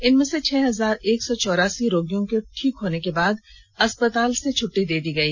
इनमें से छह हजार एक सौ चौरासी रोगियों को ठीक होने के बाद अस्पताल से छुट्टी दे दी गई